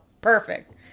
Perfect